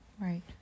Right